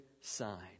sign